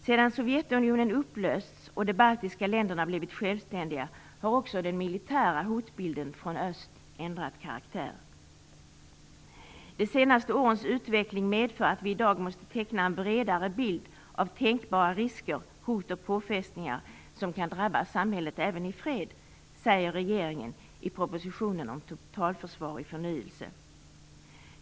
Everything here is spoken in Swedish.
Sedan Sovjetunionen upplösts och de baltiska länderna blivit självständiga har också den militära hotbilden från öst ändrat karaktär. De senaste årens utveckling medför att vi i dag måste teckna en bredare bild av tänkbara risker, hot och påfrestningar som kan drabba samhället även i fred, säger regeringen i propositionen om totalförsvar i förnyelse.